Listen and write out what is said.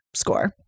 score